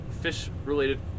fish-related